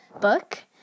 book